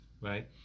right